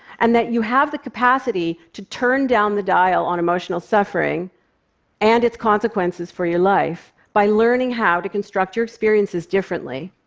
and that you have the capacity to turn down the dial on emotional suffering and its consequences for your life by learning how to construct your experiences differently.